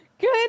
Good